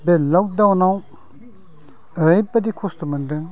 बे लकडाउनाव ओरैबायदि खस्थ' मोन्दों